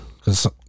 Cause